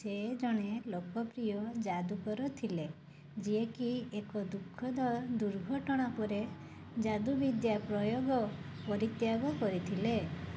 ସେ ଜଣେ ଲୋକପ୍ରିୟ ଯାଦୁଗର ଥିଲେ ଯିଏ କି ଏକ ଦୁଃଖଦ ଦୁର୍ଘଟଣା ପରେ ଯାଦୁବିଦ୍ୟା ପ୍ରୟୋଗ ପରିତ୍ୟାଗ କରିଥିଲେ